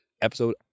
episode